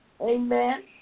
Amen